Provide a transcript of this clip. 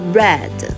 red